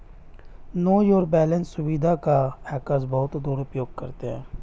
no your balance सुविधा का hackers बहुत दुरुपयोग करते हैं